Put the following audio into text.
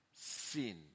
sin